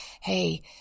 hey